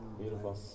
beautiful